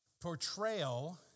portrayal